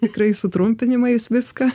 tikrai sutrumpinimais viską